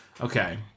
okay